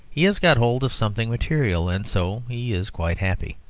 he has got hold of something material, and so he is quite happy.